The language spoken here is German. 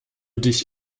dich